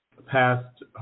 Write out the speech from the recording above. Past